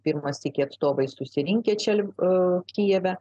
pirmą sykį atstovai susirinkę čia kijeve